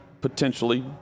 potentially